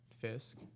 Fisk